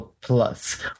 Plus